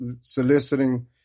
soliciting